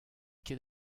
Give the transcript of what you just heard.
ket